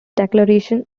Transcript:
declaration